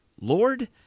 Lord